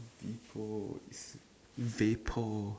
before is vapor